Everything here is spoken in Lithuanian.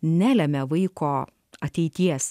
nelemia vaiko ateities